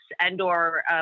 and/or